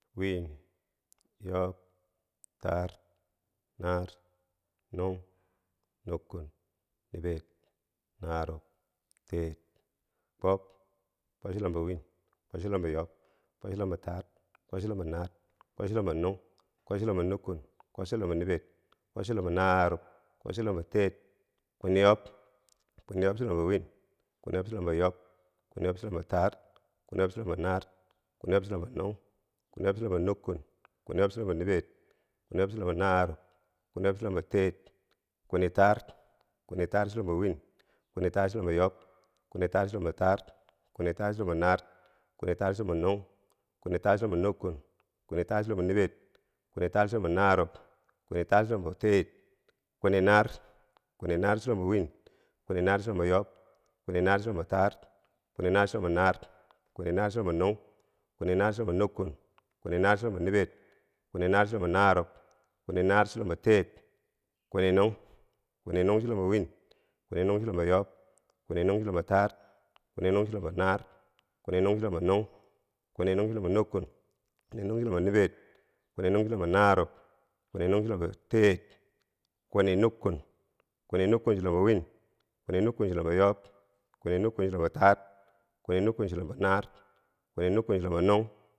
Wiin, yob, taar, naar, nung, nukkun, niber, narub, teer, kwob, kwab chulombo, kwob chulombo yob. kwob chulombo taar, kwob chulombo naar, kwob chulombo nung, kwob chulombo nukkun, kwob chulombo niber, kwob chulombo naarub, kwob chulombo teer, kwini yob kwini yob chulombo win, kwini yob chulombo yob, kwini yob chulombo taar. kwini yob chulombo naar, kwini yob chulombo nung, kwini yob chulombo nukkun, kwini yob chulombo niber, kwini yob chulombo narub, kwini yob chulombo teer, kwini taar, kwini taar chulombo win, kwini taar chulombo yob, kwini taar chulombo taar, kwini naar chulombo nung, kwini taar chulombo nukkun, kwini taar chulombo niber, kwini taar chulombo narub, kwini taar chulombo teer, kwini naar, kwini naar chulombo win, kwini naar chulombo yob, kwini naar chulombo taar, kwini naar chulombo naar, kwini naar chulombo nung, kwini naar chulombo nukkun, kwini naar chulombo nibber, kwini naar chulombo narub, kwini naar chulombo teer, kwini nung, kwini nung chulombo win, kwini nung chulombo yob, kwini nung chulombo taar, kwini nung chulombo naar, kwini nung chulombo nung, kwini nung chulombo nukkun, kwini nung chulombo niber, kwini nung chulombo narub, kwini nung chulombo teer, kwini nukkun kwini nukkun chulombo win, kwini nukkun chulombo yob, kwini nukkun chulombo taar, kwini nukkun chulombo naar, kwini nukkun chulombo nung.